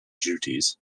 duties